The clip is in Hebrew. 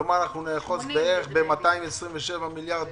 כלומר אנחנו נאחז בתקציב של בערך 227 מיליארד שקל.